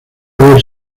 haber